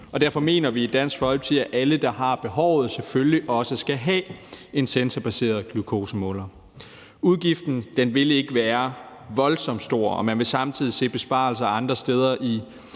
og derfor mener vi i Dansk Folkeparti, at alle, der har behovet, selvfølgelig også skal have en sensorbaseret glukosemåler. Udgiften vil ikke være voldsom stor, og man vil samtidig se besparelser andre steder i